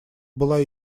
была